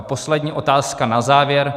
Poslední otázka na závěr.